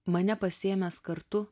mane pasiėmęs kartu